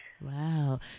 Wow